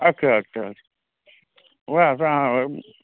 अच्छा अच्छा वएह तऽ अहाँ